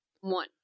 one